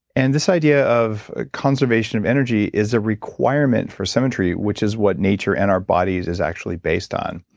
and this idea of ah conservation of energy is a requirement for symmetry which is what nature in our bodies is actually based on.